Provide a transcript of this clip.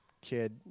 kid